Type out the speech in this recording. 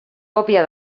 còpia